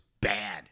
bad